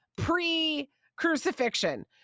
pre-crucifixion